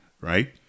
right